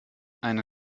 eine